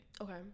Okay